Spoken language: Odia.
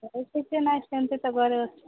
ଆଉ କିଛି ନାହିଁ ସେମିତି ତ ଘରେ ଅଛି